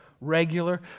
regular